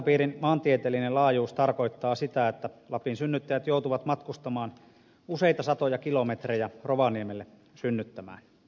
sairaanhoitopiirin maantieteellinen laajuus tarkoittaa sitä että lapin synnyttäjät joutuvat matkustamaan useita satoja kilometrejä rovaniemelle synnyttämään